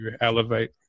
elevate